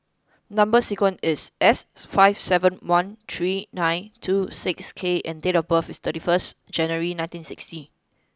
number sequence is S five seven one three nine two six K and date of birth is thirty first January nineteen sixty